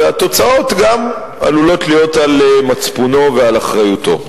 והתוצאות גם עלולות להיות על מצפונו ועל אחריותו.